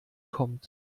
kommt